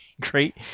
Great